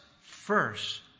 first